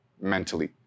mentally